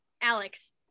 Alex